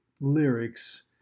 lyrics